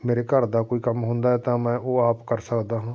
ਮੇਰੇ ਘਰ ਦਾ ਕੋਈ ਕੰਮ ਹੁੰਦਾ ਤਾਂ ਮੈਂ ਉਹ ਆਪ ਕਰ ਸਕਦਾ ਹਾਂ